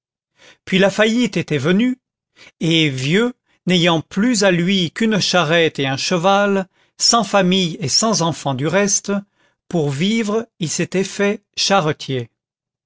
puis la faillite était venue et vieux n'ayant plus à lui qu'une charrette et un cheval sans famille et sans enfants du reste pour vivre il s'était fait charretier